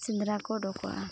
ᱥᱮᱸᱫᱽᱨᱟᱠᱚ ᱩᱰᱩᱠᱚᱜᱼᱟ